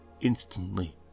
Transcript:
instantly